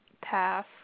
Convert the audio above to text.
Pass